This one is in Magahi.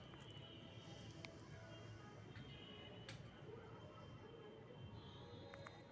निष्पक्ष व्यापार में कॉफी, चाह, केरा, फूल, फल आउरो सभके उत्पाद सामिल हइ